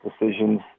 decisions